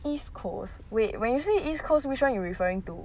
east coast wait when you say east coast which one you're referring to